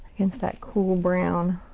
against that cool brown.